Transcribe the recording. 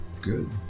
Good